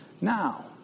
Now